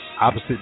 opposite